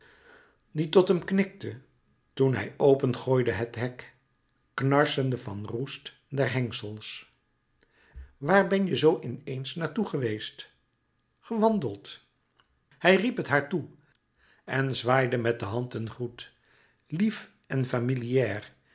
die tot hem knikte toen hij opengooide het hek knarsende van roest der hengels waar ben je zoo in eens naar toe geweest gewandeld hij riep het haar toe en zwaaide met de hand een groet lief en familiaar